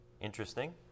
interesting